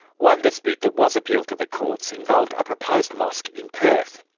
one dispute that was appealed to the courts involved a proposed mosque in perth.